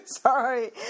Sorry